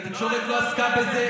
התקשורת לא עסקה בזה,